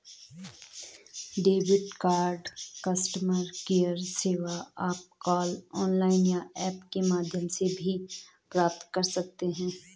debit card customer care सेवा आप call email या ऐप के माध्यम से भी प्राप्त कर सकते हैं